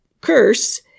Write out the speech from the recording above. curse